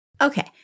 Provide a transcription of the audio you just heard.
Okay